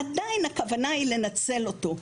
עדיין הכוונה היא לנצל אותו,